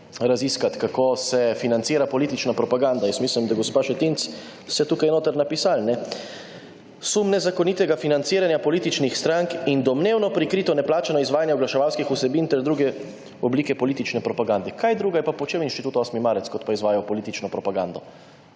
raziskati kako se financira politična propaganda, jaz mislim, da gospa Šetinc ste tukaj notri napisali: »Sum nezakonitega financiranja političnih strank in domnevno prikrito neplačano izvajanje oglaševalskih vsebin, ter druge oblike politične propagande.« Kaj drugega je pa počel Inštitut 8. marec, kot pa izvajal politično propagando